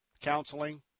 counseling